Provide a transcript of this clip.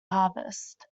harvest